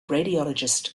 radiologist